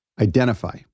identify